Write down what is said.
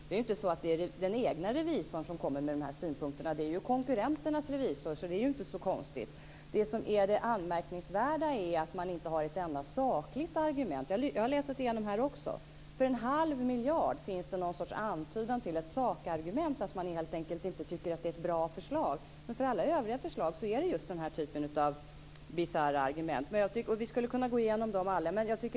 Det är inte den egna revisorn som kommer med de här synpunkterna, utan det är konkurrenternas revisor, så det är inte så konstigt. Det som är anmärkningsvärt är att man inte har ett enda sakligt argument - jag har letat. Det finns en sorts antydan till sakargument som gäller en halv miljard, där man helt enkelt inte tycker att det är bra förslag. Men för alla övriga förslag är det just en typ av bisarra argument. Vi skulle kunna gå igenom dem alla.